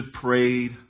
prayed